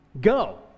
Go